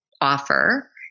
offer